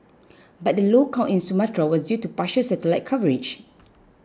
but the low count in Sumatra was due to partial satellite coverage